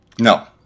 No